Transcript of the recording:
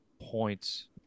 points